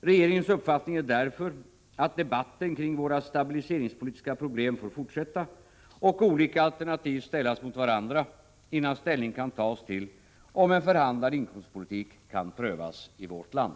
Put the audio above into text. Regeringens uppfattning är därför att debatten kring våra stabiliseringspolitiska problem får fortsätta och olika alternativ ställas mot varandra innan ställning kan tas till om en förhandlad inkomstpolitik kan prövas i vårt land.